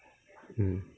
mm